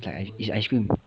it's like it's ice cream